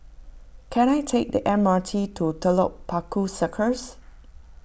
can I take the M R T to Telok Paku Circus